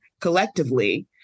collectively